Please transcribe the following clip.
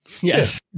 Yes